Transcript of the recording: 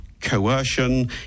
coercion